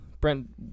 brent